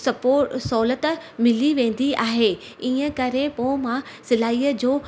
सपो सहुलियत मिली वेंदी आहे ईअं करे पोइ मां सिलाईअ जो